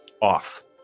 off